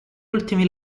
ultimi